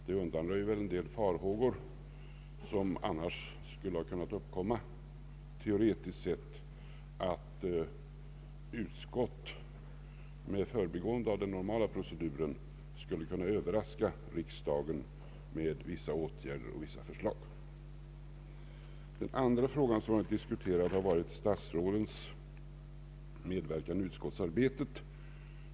Det undanröjer väl en del farhågor som annars skulle ha kunnat uppkomma, teoretiskt sett, för att utskott med förbigående av den normala proceduren skulle kunna Ööverraska riksdagen med vissa åtgärder och vissa förslag. Den tredje fråga som diskuterats har varit statsråds medverkan i utskottsarhetet.